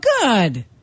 good